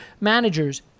managers